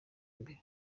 mbere